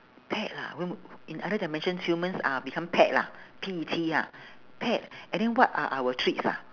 pet ah oh in other dimension humans are become pet lah P E T ah pet and then what are our treats ah